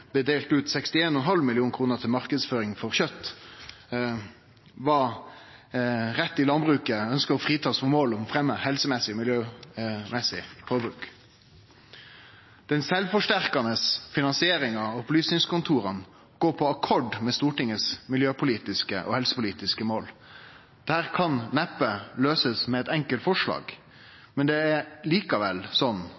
delt ut 61,5 mill. kr til marknadsføring for kjøt – vi trur ikkje at landbruket ønskjer å bli fritatt for mål om å fremje eit helsemessig og miljømessig forbruk. Den sjølvforsterkande finansieringa av Opplysningskontoret går på akkord med Stortingets miljøpolitiske og helsepolitiske mål. Dette kan neppe bli løyst med eitt enkelt forslag, men det er likevel